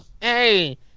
Hey